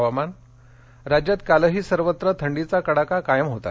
हवामान राज्यात कालही सर्वत्र थंडीचा कडाका कायम होता